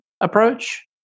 approach